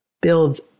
builds